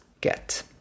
get